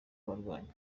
w’abarwanyi